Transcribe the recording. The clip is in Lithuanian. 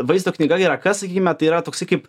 vaizdo knyga yra kas sakykime tai yra toksai kaip